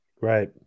Right